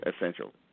essential